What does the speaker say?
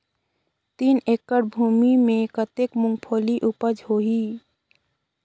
तीन एकड़ भूमि मे कतेक मुंगफली उपज होही?